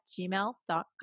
gmail.com